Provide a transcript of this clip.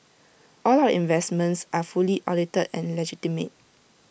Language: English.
all of our investments are fully audited and legitimate